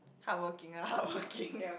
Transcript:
hardworking ah hardworking